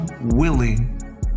willing